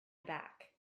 aback